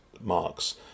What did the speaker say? marks